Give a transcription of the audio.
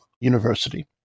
university